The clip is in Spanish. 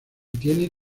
tiene